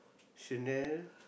Chanel